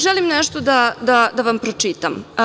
Želim nešto da vam pročitam.